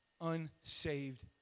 unsaved